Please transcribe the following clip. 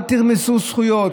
אל תרמסו זכויות,